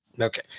Okay